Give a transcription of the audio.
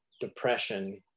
depression